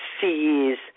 sees